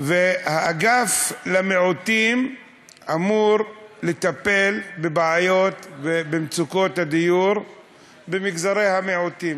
והאגף למיעוטים אמור לטפל בבעיות ובמצוקות הדיור במגזרי המיעוטים.